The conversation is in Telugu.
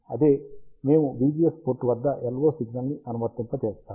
అదే మేము VGS పోర్ట్ వద్ద LO సిగ్నల్ను అనువర్తింపజేస్తాము